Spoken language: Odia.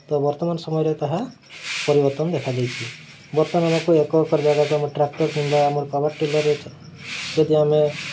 ତ ବର୍ତ୍ତମାନ ସମୟରେ ତାହା ପରିବର୍ତ୍ତନ ଦେଖାଦେଇଛି ବର୍ତ୍ତମାନ ଆମକୁ ଏକ ଏକ ଜାଗା ତ ଆମର ଟ୍ରାକ୍ଟର୍ କିମ୍ବା ଆମର ପାୱାର୍ ଟିଲର୍ ଯଦି ଆମେ